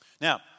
Now